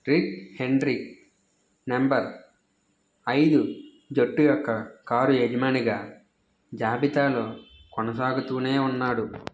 రిక్ Hendrick number ఐదు జట్టు యొక్క కారు యజమానిగా జాబితాలో కొనసాగుతు ఉన్నాడు